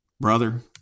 brother